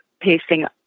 pasting